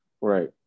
Right